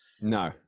No